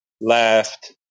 laughed